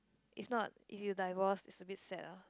if not if you divorce it's a bit sad ah